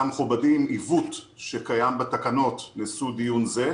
המכובדים עיוות שקיים בתקנות נשוא דיון זה.